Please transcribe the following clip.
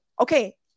okay